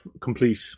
complete